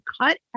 cut